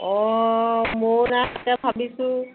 অঁ মইয়ো নাই তাকে ভাবিছোঁ